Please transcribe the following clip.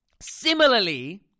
Similarly